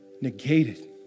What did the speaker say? negated